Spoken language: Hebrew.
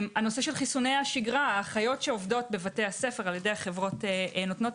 הנושא של חיסוני השגרה האחיות שעובדות בבתי הספר על ידי החברות נותנות